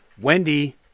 Wendy